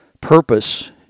purpose